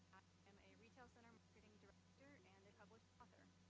am a retail center marketing director and a published author.